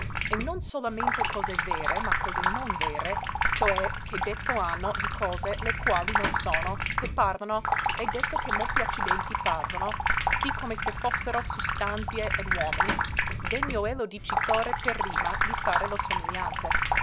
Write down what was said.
e non solamente cose vere ma cose non vere cioè che detto hanno di cose le quali non sono che parlano e detto che molti accidenti parlano sì come se fossero sustanzie ed uomini degno è lo dicitore per rima di fare lo somigliante